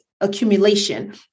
accumulation